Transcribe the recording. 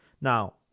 Now